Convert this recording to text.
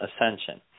ascension